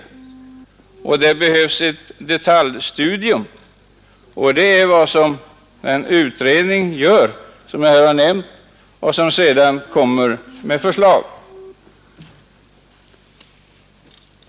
Det behövs ett detaljstudium, och det är vad den utredning gör som jag här har nämnt och som när den är färdig kommer att framlägga förslag.